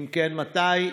3. אם כן, מתי?